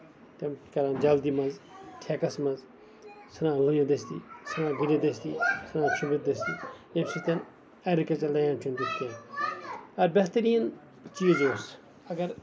تِم چھِ کران جلدی منٛز ٹھیکَس منٛز ژَھٕنان لونِتھ دٔستی ژھٕنان گُنڑتھ دٔستی ژھٕنان ژوٚمبِتھ دٔستی ییٚمہِ سۭتۍ ایٚگرِکَلچر لینڈ چھُنہٕ تیُتھ کیٚنٛہہ اکھ بہتریٖن چیٖز اوس